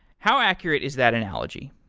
how accurate is that analogy?